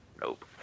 nope